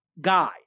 guy